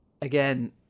Again